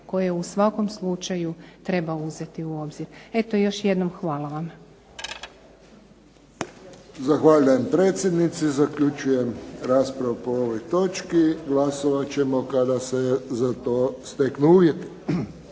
koje u svakom slučaju treba uzeti u obzir. Eto još jednom hvala vam. **Friščić, Josip (HSS)** Zahvaljujem predsjednici. Zaključujem raspravu po ovoj točki. Glasovat ćemo kada se za to steknu uvjeti.